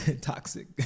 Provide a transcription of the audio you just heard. toxic